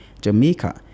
Jamaica